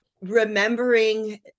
Remembering